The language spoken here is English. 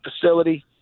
facility